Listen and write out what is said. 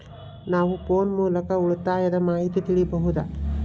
ನಾವು ಫೋನ್ ಮೂಲಕ ಉಳಿತಾಯದ ಮಾಹಿತಿ ತಿಳಿಯಬಹುದಾ?